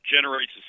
generates